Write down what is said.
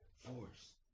force